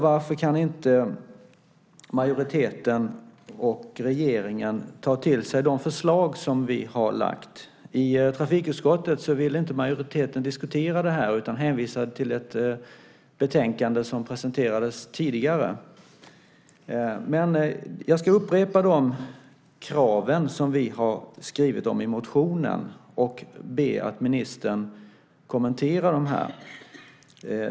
Varför kan inte majoriteten och regeringen ta till sig de förslag som vi har lagt fram? I trafikutskottet vill inte majoriteten diskutera det, utan man hänvisade till ett betänkande som presenterades tidigare. Jag ska upprepa de kraven som vi har skrivit om i motionen och be att ministern kommenterar dem.